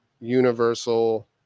universal